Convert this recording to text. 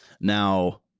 Now